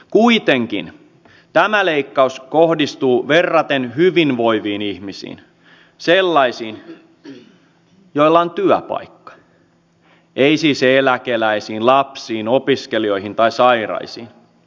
kuitenkin tämä leikkaus kohdistuu verraten hyvinvoiviin ihmisiin sellaisiin joilla on työpaikka ei siis eläkeläisiin lapsiin opiskelijoihin tai sairaisiin ei edes pakolaisiin